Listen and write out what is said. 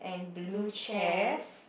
blue chairs